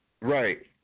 Right